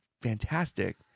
fantastic